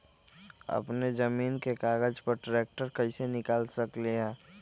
अपने जमीन के कागज पर ट्रैक्टर कैसे निकाल सकते है?